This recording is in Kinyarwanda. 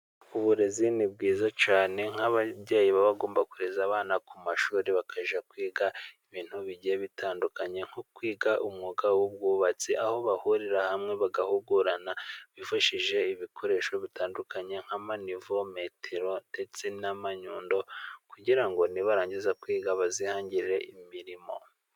Uburezi ni bwiza cyane, nk'ababyeyi baba bagomba kohereza abana ku mashuri bakajya kwiga ibintu bigiye bitandukanye, nko kwiga umwuga w'ubwubatsi aho bahurira hamwe bagahugurana bifashishije ibikoresho bitandukanye nk'amanivo, metero ndetse n'amanyundo kugira ngo nibarangiza kwiga bazihangire imirimo.